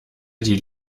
die